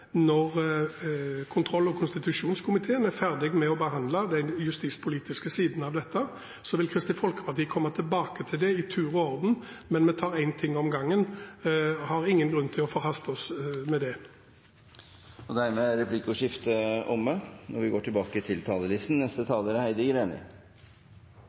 når kontroll- og konstitusjonskomiteen er ferdig med å behandle den justispolitiske siden av dette. Så vil Kristelig Folkeparti komme tilbake til det i tur og orden, men vi tar én ting av gangen og har ingen grunn til å forhaste oss med det. Dermed er replikkordskiftet omme.